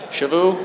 Shavu